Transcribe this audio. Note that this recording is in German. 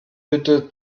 bitte